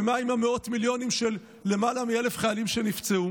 ומה עם מאות המיליונים של למעלה מ-1,000 חיילים שנפצעו